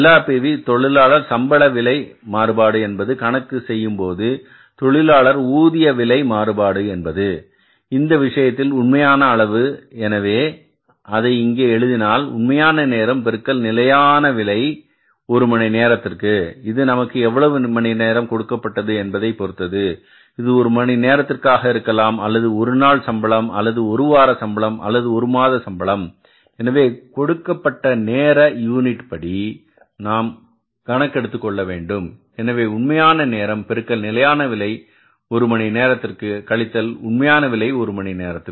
LRPV தொழிலாளர் சம்பள விலை மாறுபாடு என்பது கணக்கு செய்யும்போது தொழிலாளர் ஊதிய விலை மாறுபாடு என்பது இந்த விஷயத்தில் உண்மையான அளவு எனவே அதை இங்கே எழுதினால் உண்மையான நேரம் பெருக்கல் நிலையான விலை ஒரு மணி நேரத்திற்கு இது நமக்கு எவ்வளவு மணி நேரம் கொடுக்கப்பட்டது என்பதை பொருத்தது இது ஒரு மணி நேரத்திற்காக இருக்கலாம் அல்லது ஒரு நாள் சம்பளம் அல்லது ஒரு வார சம்பளம் அல்லது ஒரு மாத சம்பளம் எனவே கொடுக்கப்பட்ட நேர யூனிட் படி நாம் கணக்கெடுத்துக் கொள்ள வேண்டும் எனவே உண்மை நேரம் பெருக்கல் நிலையான விலை ஒரு மணி நேரத்திற்கு கழித்தல் உண்மையான விலை ஒரு மணி நேரத்திற்கு